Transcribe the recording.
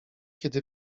kiedy